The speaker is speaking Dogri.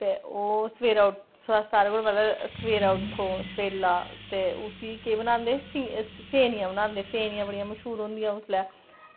ते ओह् सबेरै उट्ठियै सारें कोला पैह्लें सब उट्ठो सबेल्ला ते उसी केह् बनांदे फेमियां बनांदे फेमियां बड़ियां मश्हूर होंदियां उसलै